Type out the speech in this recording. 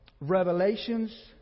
Revelations